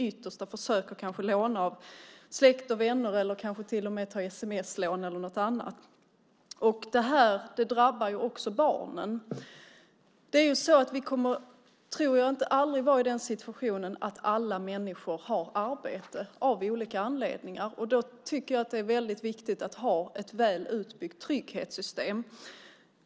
Man försöker kanske låna av släkt och vänner eller till och med ta sms-lån eller något annat. Och det här drabbar också barnen. Vi kommer, tror jag, aldrig att vara i den situationen att alla människor har arbete, av olika anledningar. Då tycker jag att det är väldigt viktigt att ha ett väl utbyggt trygghetssystem.